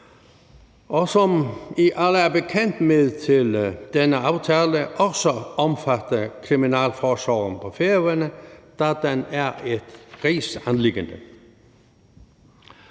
Og som I alle er bekendt med, vil denne aftale også omfatte kriminalforsorgen på Færøerne, da der er tale om et rigsanliggende.